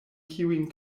kiujn